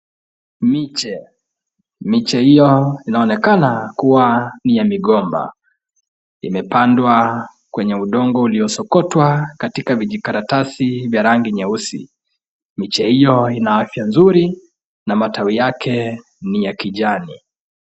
Miche, miche hio inaonekana kuwa ni ya migomba, imepandwa kwenye udongo uliosokotwa katika vijikaratasi vya rangi nyeusi, miche hio ina afya nzuri na matawi yake ni ya kijani.